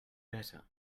better